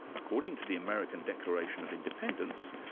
according to the american declaration of independence,